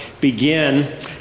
begin